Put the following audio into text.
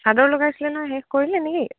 চাদৰ লগাইছিলে ন শেষ কৰিলে নেকি